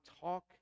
talk